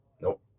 Nope